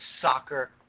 soccer